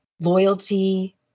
loyalty